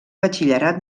batxillerat